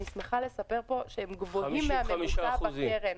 אני שמחה לספר פה שהם גבוהים מהממוצע --- 55%.